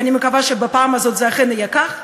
ואני מקווה שבפעם הזאת זה אכן יהיה כך,